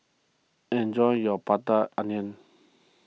enjoy your Prata Onion